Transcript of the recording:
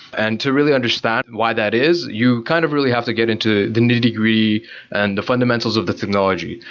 and to really understand why that is, you kind of really have to get into the nitty-gritty and the fundamentals of the technology.